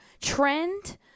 trend